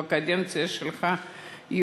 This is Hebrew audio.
בקדנציה שלך,